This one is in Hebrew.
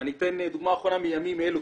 ואני אתן דוגמה אחרונה מימים אלה,